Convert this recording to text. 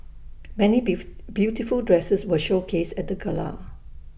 many beef beautiful dresses were showcased at the gala